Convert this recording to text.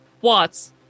Watts